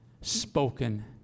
spoken